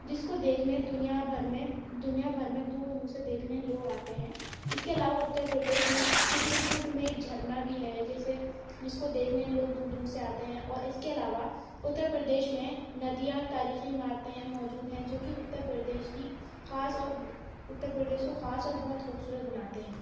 جس کو دیکھنے دنیا بھر میں دنیا بھر میں دور دور سے دیکھنے لوگ آتے ہیں اس کے علاوہ اتر پردیش میں چتر کوٹ میں ایک جھرنا بھی ہے جیسے جس کو دیکھنے لوگ دور دور سے آتے ہیں اور اس کے علاوہ اتر پردیش میں ندیاں تاریخی عمارتیں موجود ہیں جوکہ اتر پردیش کی خاص اور اتر پردیش کو خاص اور بہت خوبصورت بناتے ہیں